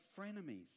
frenemies